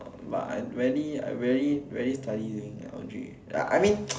but I rarely I rarely rarely study during L_G I mean